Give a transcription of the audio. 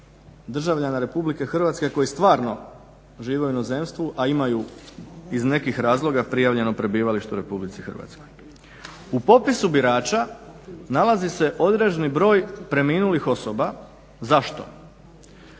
državljana RH koji stvarno žive u inozemstvu a imaju iz nekih razloga prijavljeno prebivalište u RH. U popisu birača nalazi se određeni broj preminulih osoba. Zašto?